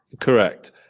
Correct